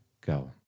go